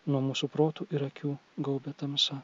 nuo mūsų protų ir akių gaubia tamsa